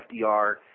FDR